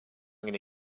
gonna